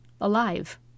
alive